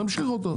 נמשיך אותו.